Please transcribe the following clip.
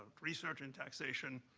research, and taxation,